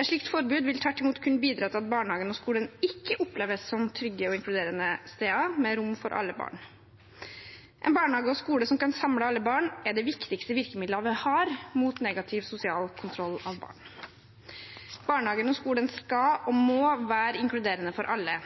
Et slikt forbud vil tvert imot kunne bidra til at barnehagen og skolen ikke oppleves som trygge og inkluderende steder med rom for alle barn. En barnehage og en skole som kan samle alle barn, er det viktigste virkemiddelet vi har mot negativ sosial kontroll av barn. Barnehagen og skolen skal, og må, være inkluderende for alle.